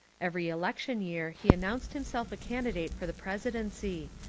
every election year he announced himself a candidate for the presi dency,